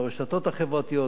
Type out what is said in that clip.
ברשתות החברתיות,